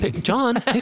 John